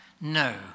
No